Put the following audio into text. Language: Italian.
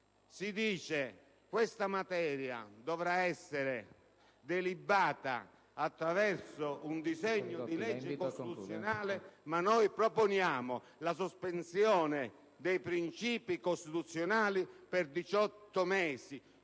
si dice: questa materia dovrà essere delibata attraverso un disegno di legge costituzionale, ma noi proponiamo la sospensione dei principi costituzionali per 18 mesi.